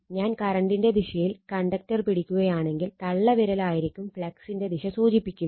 ഞാൻ കറണ്ടിന്റെ ദിശയിൽ കണ്ടക്റ്റർ പിടിക്കുകയാണെങ്കിൽ തള്ളവിരലായിരിക്കും ഫ്ളക്സിന്റെ ദിശ സൂചിപ്പിക്കുന്നത്